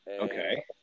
Okay